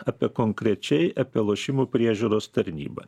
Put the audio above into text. apie konkrečiai apie lošimų priežiūros tarnybą